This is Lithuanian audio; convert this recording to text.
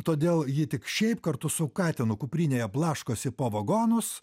todėl ji tik šiaip kartu su katinu kuprinėje blaškosi po vagonus